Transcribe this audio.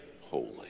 holy